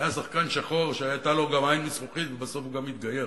היה שחקן שחור שהיתה לו גם עין מזכוכית ובסוף הוא גם התגייר.